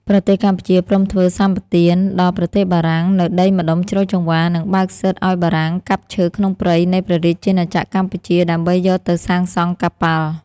ប្រទេសកម្ពុជាព្រមធ្វើសម្បទានដល់ប្រទេសបារាំងនូវដីម្ដុំជ្រោយចង្វារ និងបើកសិទ្ធិឱ្យបារាំងកាប់ឈើក្នុងព្រៃនៃព្រះរាជាណាចក្រកម្ពុជាដើម្បីយកទៅសាងសង់កប៉ាល់។